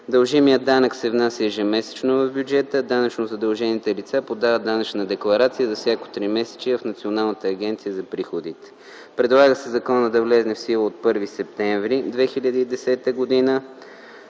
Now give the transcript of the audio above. Дължимият данък се внася ежемесечно в бюджета, а данъчно задължените лица подават данъчна декларация за всяко тримесечие в Националната агенция за приходите. Предлага се законът да влезе в сила от 1 септември 2010 г.,